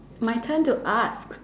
my turn to ask